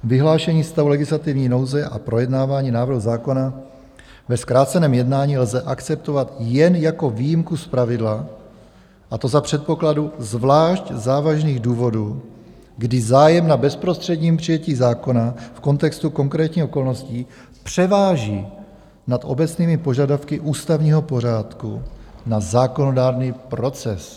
Vyhlášení stavu legislativní nouze a projednávání návrhu zákona ve zkráceném jednání lze akceptovat jen jako výjimku z pravidla, a to za předpokladu zvlášť závažných důvodů, kdy zájem na bezprostředním přijetí zákona v kontextu konkrétních okolností převáží nad obecnými požadavky ústavního pořádku na zákonodárný proces.